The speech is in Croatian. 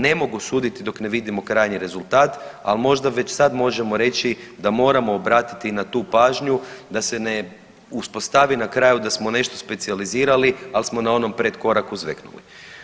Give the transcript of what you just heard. Ne mogu suditi dok ne vidimo krajnji rezultat, ali možda već sad možemo reći da moramo obratiti i na tu pažnju da se ne uspostavi na kraju da smo nešto specijalizirali ali smo na onom predkoraku zveknuli.